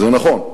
זה נכון ,